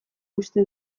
uste